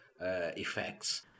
effects